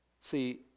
See